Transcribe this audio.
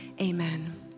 amen